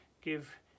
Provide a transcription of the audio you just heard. give